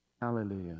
hallelujah